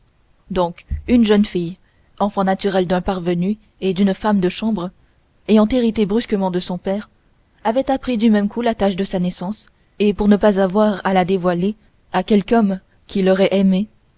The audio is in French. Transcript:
donc une jeune fille enfant naturelle d'un parvenu et d'une femme de chambre ayant hérité brusquement de son père avait appris du même coup la tache de sa naissance et pour ne pas avoir à la dévoiler à quelque homme qui l'aurait aimée